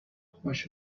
خوش